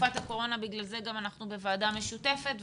בתקופת הקורונה ולכן גם אנחנו בוועדה משותפת.